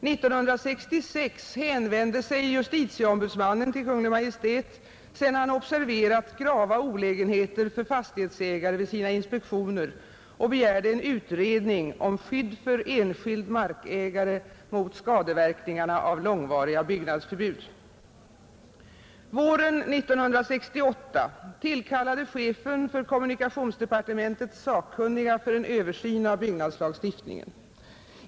1966 hänvände sig justitieombudsmannen till Kungl. Maj:t sedan han observerat grava olägenheter för fastighetsägare vid sina inspektioner och begärde en utredning om skydd för enskild markägare mot skadeverkningarna av långvariga byggnadsförbud. Våren 1968 tillkallade chefen för kommunikationsdepartementet sakkunniga för en översyn av byggnadslagstiftningen.